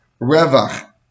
revach